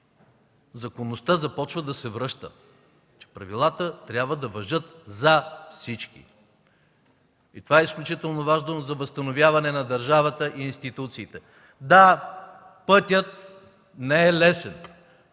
Законността започва да се връща. Правилата трябва да важат за всички. И това е изключително важно за възстановяване на държавата и институциите. Да, пътят не е лесен.